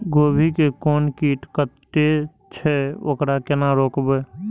गोभी के कोन कीट कटे छे वकरा केना रोकबे?